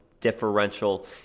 differential